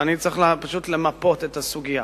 ואני צריך פשוט למפות את הסוגיה.